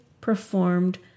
performed